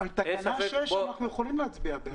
על תקנה 6 אנחנו יכולים להצביע.